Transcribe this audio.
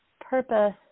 purpose